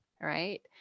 right